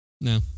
no